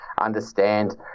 understand